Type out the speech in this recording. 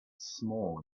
small